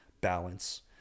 balance